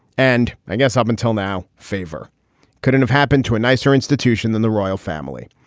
and i guess up until now, favre couldn't have happened to a nicer institution than the royal family.